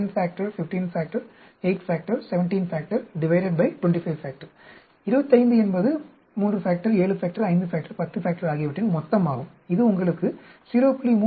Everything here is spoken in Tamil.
1015817÷ 25 25 என்பது 37510ஆகியவற்றின் மொத்தம் ஆகும் இது உங்களுக்கு 0